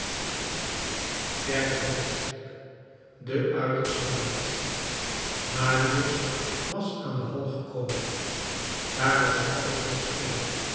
derde hoofdstuk de uiterste rand marius was aan de halles gekomen daar was alles nog stiller